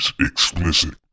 explicit